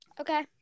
Okay